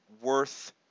worth